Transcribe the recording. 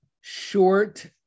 short